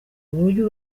uburyo